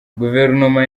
guverinoma